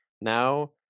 now